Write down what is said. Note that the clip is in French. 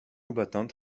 combattants